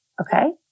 Okay